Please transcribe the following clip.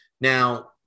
Now